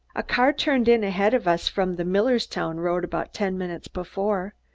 a car turned in ahead of us from the millerstown road about ten minutes before.